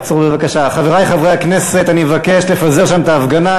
חברי חברי הכנסת, אני מבקש לפזר שם את ההפגנה.